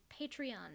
Patreon